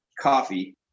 coffee